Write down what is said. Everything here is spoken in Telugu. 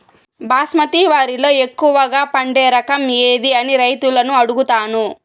బాస్మతి వరిలో ఎక్కువగా పండే రకం ఏది అని రైతులను అడుగుతాను?